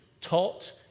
taught